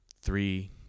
three